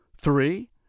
Three